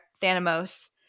Thanos